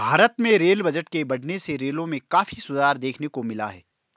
भारत में rail budget के बढ़ने से रेलों में काफी सुधार देखने को मिला है